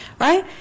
Right